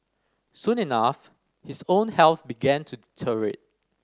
soon enough his own health began to